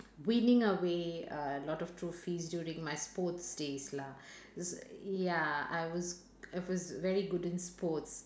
winning away a lot of trophies during my sports days lah s~ ya I was I was very good in sports